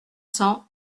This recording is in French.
cents